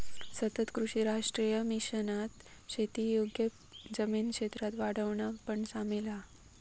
सतत कृषी राष्ट्रीय मिशनात शेती योग्य जमीन क्षेत्राक वाढवणा पण सामिल हा